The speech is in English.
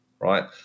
right